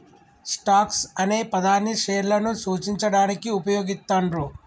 stocks అనే పదాన్ని షేర్లను సూచించడానికి వుపయోగిత్తండ్రు